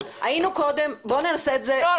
היינו קודם --- לא,